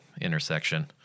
intersection